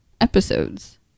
episodes